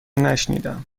نشنیدم